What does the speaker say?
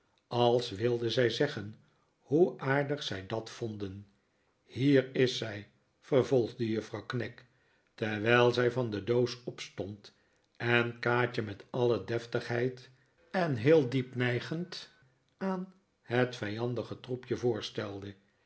als wilden zij zeggen hoe aardig zij dat vonden hier is zij vervolgde juffrouw knag terwijl zij van de doos opstond en kaatje met alle deftigheid en heel diep nijgend aan het vijandige troepje voorstelde